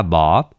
Bob